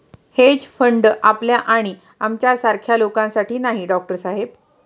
hedge fund आपल्या आणि आमच्यासारख्या लोकांसाठी नाही, डॉक्टर साहेब